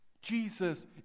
Jesus